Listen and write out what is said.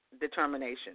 determination